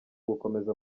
gukomeza